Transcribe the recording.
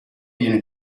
viene